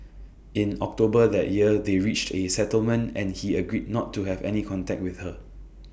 in October that year they reached A settlement and he agreed not to have any contact with her